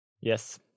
Yes